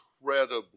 incredibly